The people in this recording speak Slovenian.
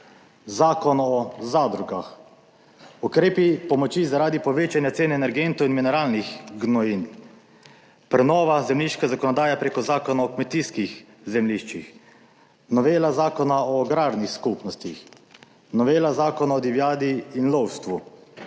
Zakon o zadrugah, ukrepi pomoči zaradi povečanja cen energentov in mineralnih gnojil, prenova zemljiške zakonodaje preko Zakona o kmetijskih zemljiščih, novela zakona o agrarnih skupnostih, novela zakona o divjadi in lovstvu,